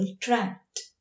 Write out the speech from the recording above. tract